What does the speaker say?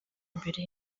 imbere